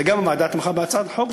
וגם הוועדה תמכה בהצעת החוק.